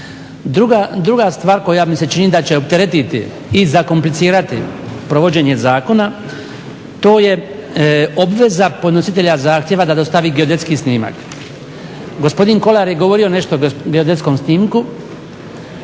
Druga stvar koja mi se čini da će opteretiti i zakomplicirati provođenje zakona, to je obveza podnositelja zahtjeva da dostavi geodetski snimak. Gospodin Kolar je govorio nešto o geodetskom snimku.